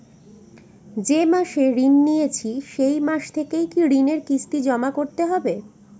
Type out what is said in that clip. যে মাসে ঋণ নিয়েছি সেই মাস থেকেই কি ঋণের কিস্তি জমা করতে হবে?